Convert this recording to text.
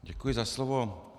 Děkuji za slovo.